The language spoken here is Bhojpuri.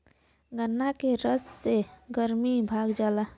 गन्ना के रस से गरमी भाग जाला